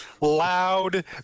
loud